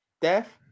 death